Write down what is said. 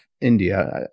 India